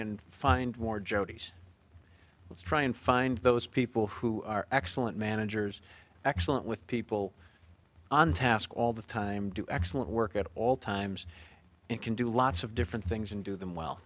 and find more jodie's let's try and find those people who are excellent managers excellent with people on task all the time do excellent work at all times and can do lots of different things and do them well